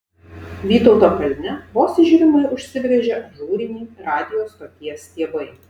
vytauto kalne vos įžiūrimai užsibrėžė ažūriniai radijo stoties stiebai